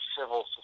civil